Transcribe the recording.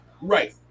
Right